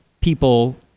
people